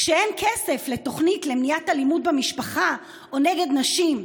כשאין כסף לתוכנית למניעת אלימות במשפחה או נגד נשים.